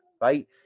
Right